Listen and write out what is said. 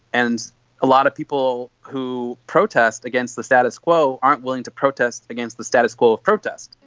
and a lot of people who protest against the status quo aren't willing to protest against the status quo of protest.